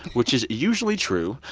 which is usually true.